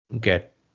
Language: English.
get